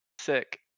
Sick